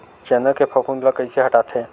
चना के फफूंद ल कइसे हटाथे?